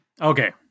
Okay